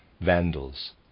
Vandals